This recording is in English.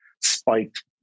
spiked